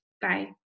Bye